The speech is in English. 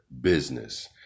business